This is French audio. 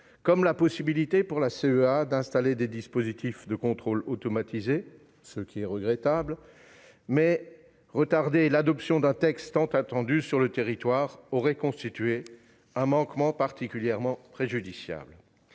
que la CEA ne puisse pas installer un dispositif de contrôle automatisé, ce qui est regrettable. Mais retarder l'adoption d'un texte tant attendu sur le territoire aurait constitué un manquement particulièrement préjudiciable,